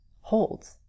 holds